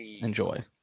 Enjoy